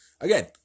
again